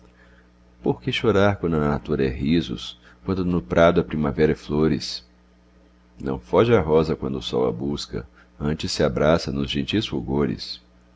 que chorar quando a natura é risos quando no prado a primavera é flores não foge a rosa quando o sol a busca antes se abrasa nos gentis